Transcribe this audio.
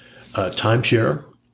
timeshare